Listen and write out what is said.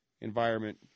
environment